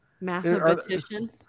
mathematician